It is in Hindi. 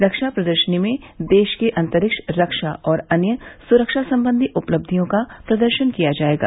रक्षा प्रदर्शनी में देश के अंतरिक्ष रक्षा और अन्य सुरक्षा सम्बंधी उपलक्षियों का प्रदर्शन किया जायेगा